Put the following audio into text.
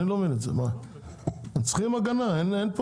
צריכים הגנה.